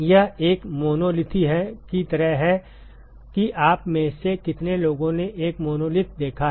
यह एक मोनोलिथ की तरह है कि आप में से कितने लोगों ने एक मोनोलिथ देखा है